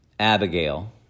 Abigail